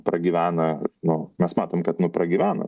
pragyvena nu mes matom kad nu pragyvena